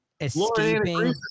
Escaping